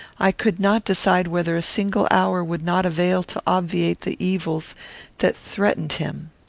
i could not decide whether a single hour would not avail to obviate the evils that threatened him.